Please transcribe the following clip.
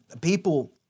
People